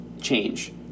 change